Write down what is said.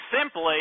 simply